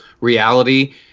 reality